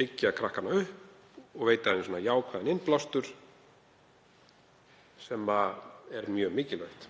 byggja krakkana upp og veita þeim jákvæðan innblástur sem er mjög mikilvægt.